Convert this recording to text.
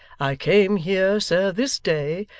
i came here, sir, this day,